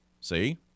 See